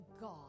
God